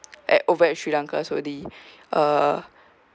at over at sri lanka so the uh